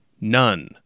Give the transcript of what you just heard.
None